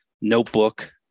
notebook